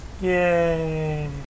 Yay